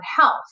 health